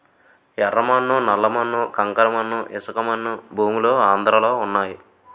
యెర్ర మన్ను నల్ల మన్ను కంకర మన్ను ఇసకమన్ను భూములు ఆంధ్రలో వున్నయి